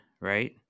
right